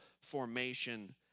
formation